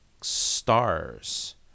stars